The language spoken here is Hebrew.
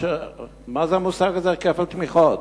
מה המושג הזה, כפל תמיכות?